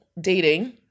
dating